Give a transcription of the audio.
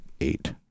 eight